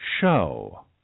show